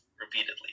repeatedly